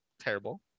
Terrible